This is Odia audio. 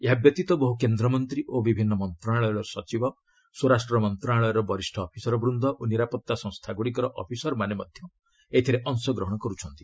ଏହା ବ୍ୟତୀତ ବହୁ କେନ୍ଦ୍ରମନ୍ତ୍ରୀ ଓ ବିଭିନ୍ନ ମନ୍ତ୍ରଣାଳୟର ସଚିବ ସ୍ୱରାଷ୍ଟ୍ର ମନ୍ତ୍ରଣାଳୟର ବରିଷ୍ଣ ଅଫିସରବୂନ୍ଦ ଓ ନିରାପତ୍ତା ସଂସ୍ଥାଗୁଡ଼ିକର ଅଫିସରମାନେ ମଧ୍ୟ ଏଥିରେ ଅଂଶଗ୍ରହଣ କରୁଛନ୍ତି